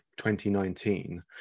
2019